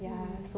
mm